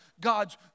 God's